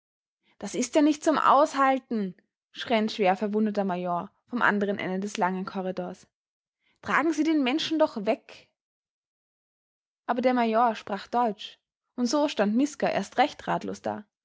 das ist ja nicht zum aushalten schrie ein schwerverwundeter major vom anderen ende des langen korridors tragen sie den menschen doch weg aber der major sprach deutsch und so stand miska erst recht ratlos da